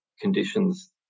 conditions